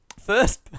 first